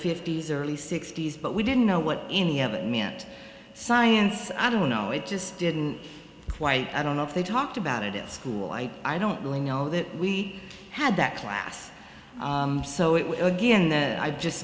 fifty's early sixty's but we didn't know what any of it meant science i don't know it just didn't quite i don't know if they talked about it at school i i don't really know that we had that class so it will again then i just